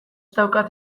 daukat